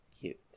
Cute